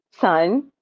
son